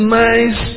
nice